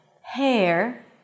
hair